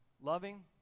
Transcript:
loving